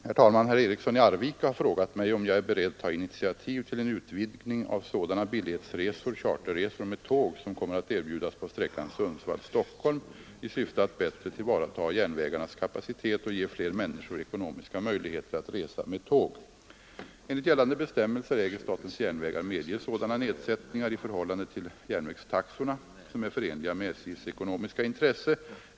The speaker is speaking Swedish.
Herr talman! Herr Eriksson i Arvika har frågat mig om jag är beredd ta initiativ till en utvidgning av sådana billighetsresor med tåg, som kommer att erbjudas på sträckan Sundsvall—Stockholm, i syfte att bättre tillvarata järnvägarnas kapacitet och ge fler människor ekonomiska möjligheter att resa med tåg. Enligt gällande bestämmelser äger SJ medge sådana nedsättningar i förhållande till järnvägstaxorna som är förenliga med SJ:s ekonomiska intresse.